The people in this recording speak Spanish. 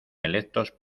electos